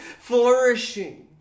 flourishing